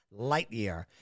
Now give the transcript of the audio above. Lightyear